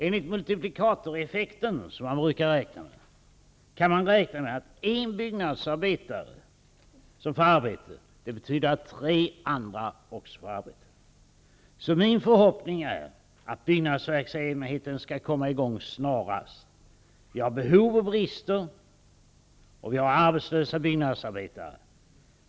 Enligt multiplikatoreffekten kan man räkna med att en byggnadsarbetare som får arbete betyder att tre andra också får arbete. Min förhoppning är att byggnadsverksamheten skall komma i gång snarast. Vi har behov och brister, och vi har arbetslösa byggnadsarbetare.